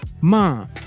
Mom